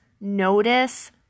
notice